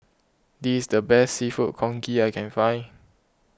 this is the best Seafood Congee I can find